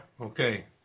okay